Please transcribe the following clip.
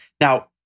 Now